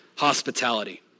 hospitality